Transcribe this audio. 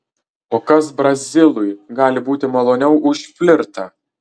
o kas brazilui gali būti maloniau už flirtą